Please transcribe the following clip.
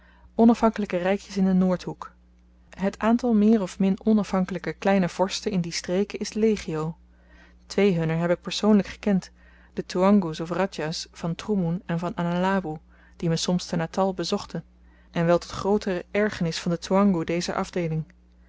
onafhankelyke rykjes in den noordhoek het aantal meer of min onafhankelyke kleine vorsten in die streken is legio twee hunner heb ik persoonlyk gekend de toeankoe's of radjah's van troemon en van analaboe die me soms te natal bezochten en wel tot groote ergernis van den toeankoe dezer afdeeling